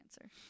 answer